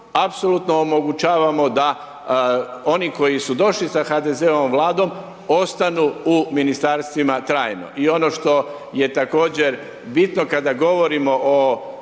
apsolutno omogućavamo da oni koji su došli sa HDZ-ovom vladom, ostaju u ministarstvima trajno i ono što je također bitno, kada govorimo o